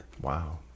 Wow